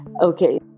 Okay